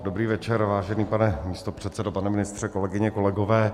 Dobrý večer, vážený pane místopředsedo, pane ministře, kolegyně, kolegové.